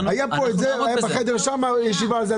היה פה את זה בחדר שם ישיבה על זה,